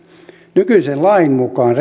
nykyisen lain mukaan